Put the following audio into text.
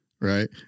right